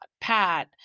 Pat